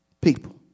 people